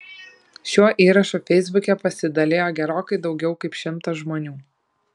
šiuo įrašu feisbuke pasidalijo gerokai daugiau kaip šimtas žmonių